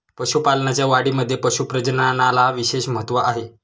पशुपालनाच्या वाढीमध्ये पशु प्रजननाला विशेष महत्त्व आहे